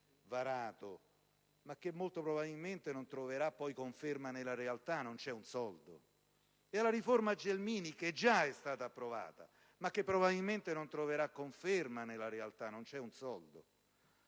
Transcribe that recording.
ma che molto probabilmente non troverà poi conferma nella realtà, visto che non c'è un soldo, e alla riforma Gelmini, che già è stata approvata, ma che probabilmente non troverà conferma nella realtà, visto che non c'è un soldo!